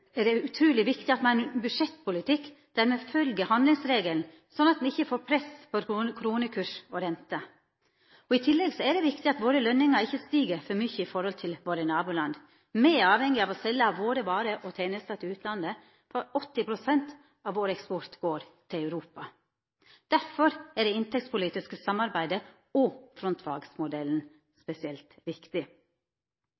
utruleg viktig at me har ein budsjettpolitikk der me følgjer handlingsregelen, sånn at me ikkje får press på kronekursen og renta. I tillegg er det viktig at våre lønningar ikkje stig for mykje i forhold til våre naboland. Me er avhengige av å selja våre varer og tenester til utlandet – 80 pst. av vår eksport går til Europa. Derfor er det inntektspolitiske samarbeidet og frontfagsmodellen